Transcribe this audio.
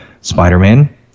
Spider-Man